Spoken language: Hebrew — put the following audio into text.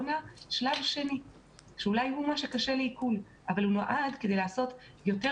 שלב שני שאולי הוא קשה לעיכול אבל הוא נועד כדי לעשות יותר